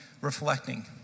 reflecting